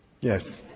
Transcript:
Yes